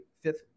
fifth